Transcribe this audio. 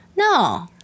No